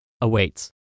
awaits